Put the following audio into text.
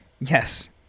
yes